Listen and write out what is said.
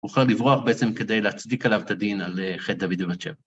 יוכל לברוח בעצם כדי להצדיק עליו את הדין על חטא דוד ובת שבע.